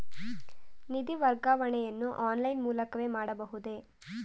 ನಿಧಿ ವರ್ಗಾವಣೆಯನ್ನು ಆನ್ಲೈನ್ ಮೂಲಕವೇ ಮಾಡಬಹುದೇ?